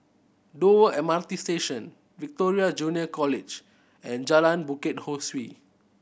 Dover M R T Station Victoria Junior College and Jalan Bukit Ho Swee